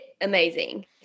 amazing